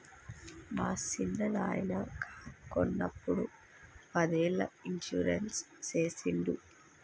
మా సిన్ననాయిన కారు కొన్నప్పుడు పదేళ్ళ ఇన్సూరెన్స్ సేసిండు